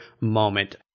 moment